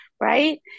Right